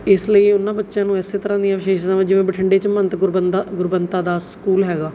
ਇਸ ਲਈ ਉਹਨਾਂ ਬੱਚਿਆਂ ਨੂੰ ਇਸ ਤਰ੍ਹਾਂ ਦੀਆਂ ਵਿਸ਼ੇਸ਼ਤਾਵਾਂ ਜਿਵੇਂ ਬਠਿੰਡੇ 'ਚ ਮਹੰਤ ਗੁਰਵੰਦਾ ਗੁਰਵੰਤਾ ਦਾਸ ਸਕੂਲ ਹੈਗਾ